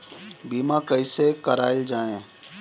बीमा कैसे कराएल जाइ?